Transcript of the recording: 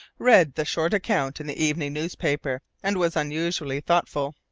read the short account in the evening newspaper, and was unusually thoughtful.